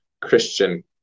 Christian